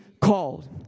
called